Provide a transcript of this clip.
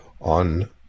on